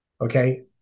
Okay